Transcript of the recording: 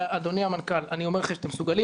אדוני המנכ"ל, אני אומר לך שאתם מסוגלים.